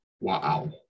Wow